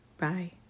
Bye